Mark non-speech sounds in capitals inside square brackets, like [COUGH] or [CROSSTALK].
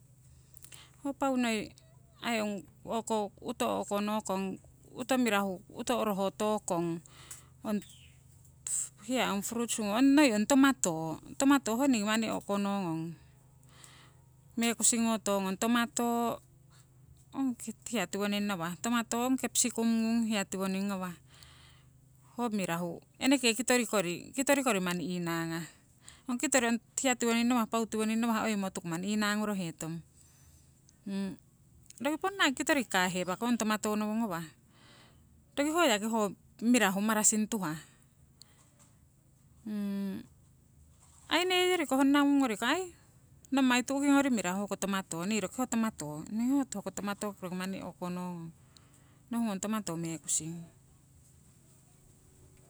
Ho pau noi aii ong uto o'ko nokong mirahu uto oroho tokong hiya noi ong fruits ngung, hiya noi ong tomato, tomato ho ningii manni o'konongong mekusing ngo tongong. Tomata ong hiya tiwoning ngawah, tomato, capsicum ngung ho hiya tiwoning ngawah ho mirahu, eneke kitori kori manni inangah. Ong kitori ong hiya tiwoning ngawah, paau tiwoning ngawah oimo tuku manni inangorohetong. [HESITATION] Roki kitori ponna ngi kahewakong hiya tomato nowo ngawah roki yaki ho mirahu marasin tuhah. [HESITATION] aii neyoriko honna ngung, nommai tu'ki ngori mirahu hoko tamato, nii roki ho tamato roki o'konongong. nohungong tomato mekusing.